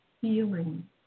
feeling